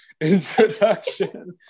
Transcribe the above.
introduction